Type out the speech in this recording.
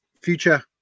future